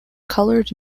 coloured